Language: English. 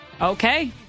Okay